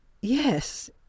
Yes